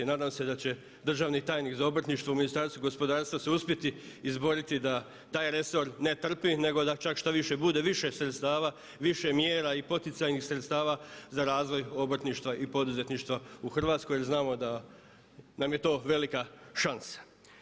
Nadam se da će državni tajnik za obrtništvo u Ministarstvu gospodarstva se uspjeti izboriti da taj resor ne trpi nego da čak štoviše bude više sredstava, više mjera i poticajnih sredstava za razvoj obrtništva i poduzetništva u Hrvatskoj jer znamo da nam je to velika šansa.